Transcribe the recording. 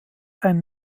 einen